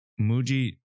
Muji